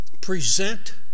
present